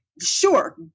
Sure